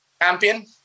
champion